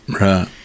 right